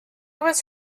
was